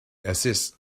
exists